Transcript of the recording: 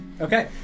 Okay